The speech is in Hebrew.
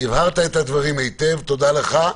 הבהרת את הדברים היטב, תודה לך.